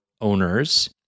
owners